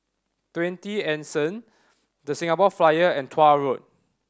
Twenty Anson The Singapore Flyer and Tuah Road